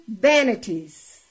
vanities